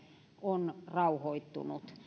on rauhoittunut